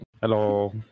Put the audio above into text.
Hello